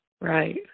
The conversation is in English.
Right